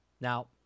Now